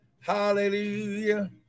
Hallelujah